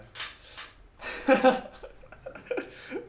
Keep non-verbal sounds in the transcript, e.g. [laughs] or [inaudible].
[laughs]